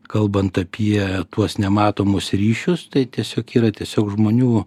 kalbant apie tuos nematomus ryšius tai tiesiog yra tiesiog žmonių